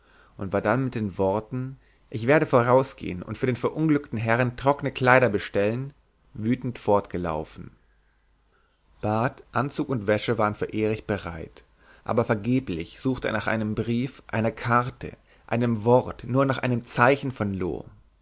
und war dann mit den worten ich werde vorausgehen und für den verunglückten herrn trockene kleider bestellen wütend fortgelaufen bad anzug und wäsche war für erich bereit aber vergeblich suchte er nach einem brief einer karte einem wort nur nach einem zeichen von loo